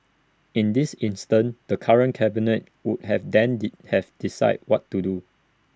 in this instance the current cabinet would have then have decide what to do